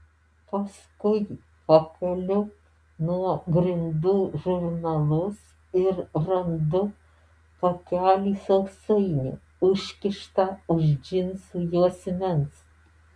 paskui pakeliu nuo grindų žurnalus ir randu pakelį sausainių užkištą už džinsų juosmens